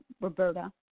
Roberta